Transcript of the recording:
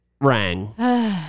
rang